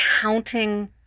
counting